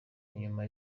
inyuma